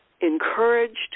encouraged